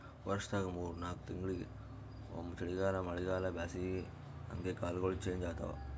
ವರ್ಷದಾಗ್ ಮೂರ್ ನಾಕ್ ತಿಂಗಳಿಂಗ್ ಒಮ್ಮ್ ಚಳಿಗಾಲ್ ಮಳಿಗಾಳ್ ಬ್ಯಾಸಗಿ ಹಂಗೆ ಕಾಲ್ಗೊಳ್ ಚೇಂಜ್ ಆತವ್